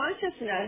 consciousness